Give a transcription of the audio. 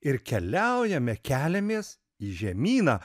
ir keliaujame keliamės į žemyną